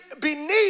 beneath